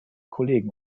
kollegen